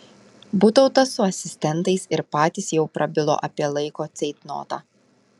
butautas su asistentais ir patys jau prabilo apie laiko ceitnotą